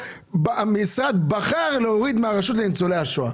המשרד בחר להוריד מהרשות לניצולי השואה.